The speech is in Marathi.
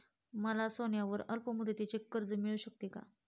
मला सोन्यावर अल्पमुदतीचे कर्ज मिळू शकेल का?